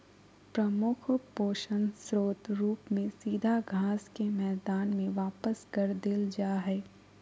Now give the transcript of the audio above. प्रमुख पोषक स्रोत रूप में सीधा घास के मैदान में वापस कर देल जा हइ